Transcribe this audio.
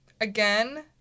again